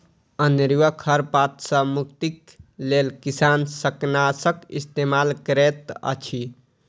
अनेरुआ खर पात सॅ मुक्तिक लेल किसान शाकनाशक इस्तेमाल करैत अछि